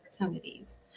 opportunities